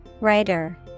Writer